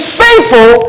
faithful